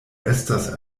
estas